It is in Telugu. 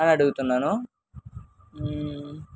అని అడుగుతున్నాను